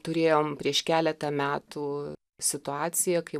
turėjom prieš keletą metų situaciją kai